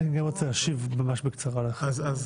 אני רוצה להשיב ממש בקצרה לאחר מכן.